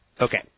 Okay